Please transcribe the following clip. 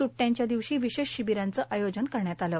स्ट्ट्यांच्या दिवशी विशेष शिबीरांचे आयोजन करण्यात आले